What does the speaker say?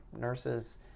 nurses